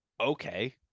Okay